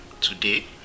today